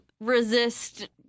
resist